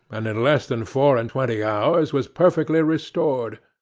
and, in less than four-and-twenty hours was perfectly restored.